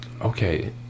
Okay